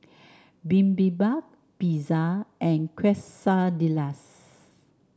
Bibimbap Pizza and Quesadillas